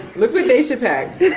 look what daisha packed.